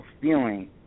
feeling